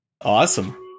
Awesome